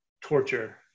torture